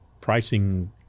pricing